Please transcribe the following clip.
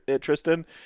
Tristan